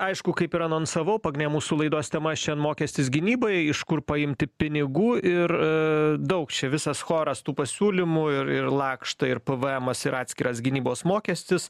aišku kaip ir anonsavau pagrindinė mūsų laidos tema šiandien mokestis gynybai iš kur paimti pinigų ir daug čia visas choras tų pasiūlymų ir lakštai ir pvemas ir atskiras gynybos mokestis